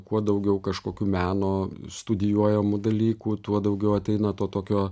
kuo daugiau kažkokių meno studijuojamų dalykų tuo daugiau ateina to tokio